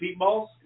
Feetballs